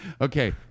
Okay